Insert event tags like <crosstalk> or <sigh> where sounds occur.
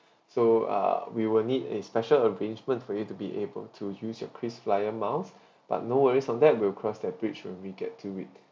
<breath> so uh we will need a special arrangement for you to be able to use your krisflyer miles <breath> but no worries on that we'll cross that bridge when we get to it